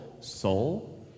Soul